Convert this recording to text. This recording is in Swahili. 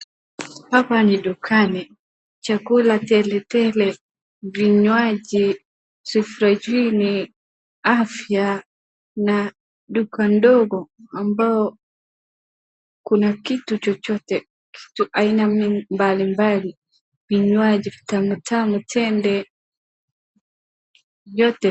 Hapa ni dukani. Chakula tele tele, vinywaji afya na duka ndogo ambao kuna kitu chochote aina mbalimbali vinywaji tamu tamu tele yote.